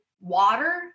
water